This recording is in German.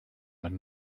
man